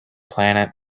planet